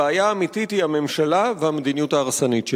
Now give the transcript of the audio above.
הבעיה האמיתית היא הממשלה והמדיניות ההרסנית שלה.